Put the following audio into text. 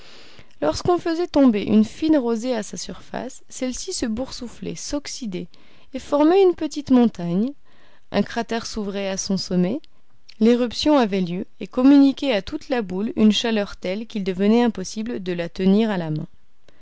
lorsqu'on faisait tomber une fine rosée à sa surface celle-ci se boursouflait s'oxydait et formait une petite montagne un cratère s'ouvrait à son sommet l'éruption avait lieu et communiquait à toute la boule une chaleur telle qu'il devenait impossible de la tenir à la main